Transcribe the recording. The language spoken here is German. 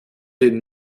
den